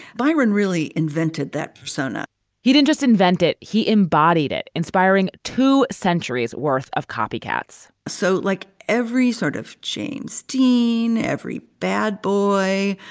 byron really invented that persona he didn't just invent it. he embodied it, inspiring two centuries worth of copycats so like every sort of change, dean, every bad boy,